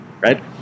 Right